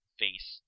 face